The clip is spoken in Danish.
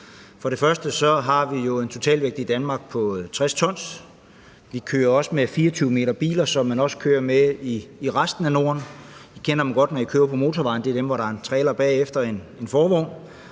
For det første har vi jo en totalvægt i Danmark på 60 t. Vi kører også med biler, der er 24 m, som man også kører med i resten af Norden. I kender dem godt, når I kører på motorvejen. Det er dem, hvor der er en trailer bagefter en forvogn.